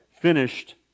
finished